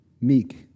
meek